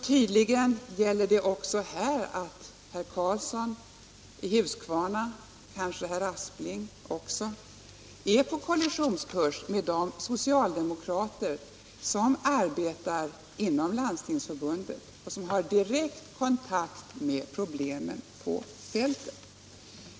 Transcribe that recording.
Tydligen gäller även i denna fråga att herr Karlsson, liksom kanske också herr Aspling, är på kollisionskurs med de socialdemokrater som arbetar inom Landstingsförbundet och som har direkt kontakt med problemen på fältet.